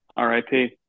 RIP